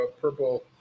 purple